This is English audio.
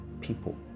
people